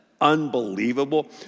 unbelievable